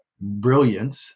brilliance